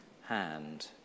hand